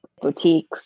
boutiques